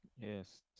yes